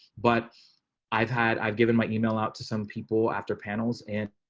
but i've had, i've given my email out to some people after panels and